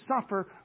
suffer